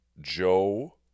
Joe